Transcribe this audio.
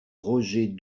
roger